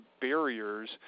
barriers